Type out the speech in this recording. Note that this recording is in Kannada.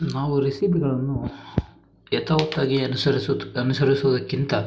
ನಾವು ರೆಸಿಪಿಗಳನ್ನು ಯಥಾವತ್ತಾಗಿ ಅನುಸರಿಸೊ ಅನುಸರಿಸುವುದಕ್ಕಿಂತ